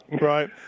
Right